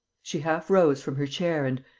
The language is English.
she half-rose from her chair and,